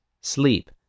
sleep